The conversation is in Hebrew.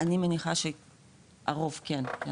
אני מניחה שהרוב כן.